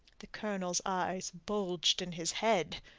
the colonel's eyes bulged in his head.